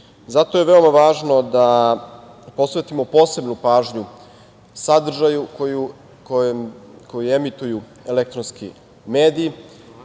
Zato je veoma važno da posvetimo posebnu pažnju sadržaju koji emituju elektronski mediji. To